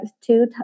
two